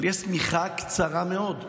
אבל יש שמיכה קצרה מאוד.